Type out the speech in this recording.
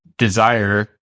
desire